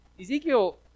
Ezekiel